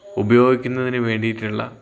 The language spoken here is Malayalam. ഉപയോഗിക്കുന്നതിന് വേണ്ടിയിട്ടുള്ള